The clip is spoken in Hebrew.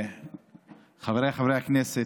חבריי חברי הכנסת,